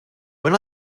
when